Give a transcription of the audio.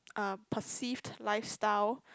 uh perceived lifestyle